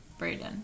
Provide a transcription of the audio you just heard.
Brayden